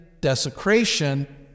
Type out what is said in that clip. desecration